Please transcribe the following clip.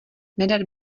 nerad